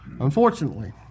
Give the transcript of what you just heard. Unfortunately